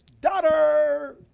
Daughter